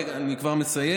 רגע, אני כבר מסיים.